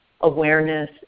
awareness